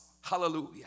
Hallelujah